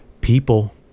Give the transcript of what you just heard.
people